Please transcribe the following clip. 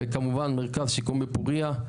וכמובן מרכז שיקום בפורייה,